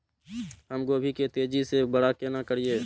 हम गोभी के तेजी से बड़ा केना करिए?